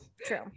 true